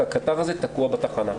כי הקטר הזה תקוע בתחנה.